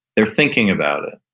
they're thinking about it.